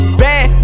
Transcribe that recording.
bad